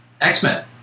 X-Men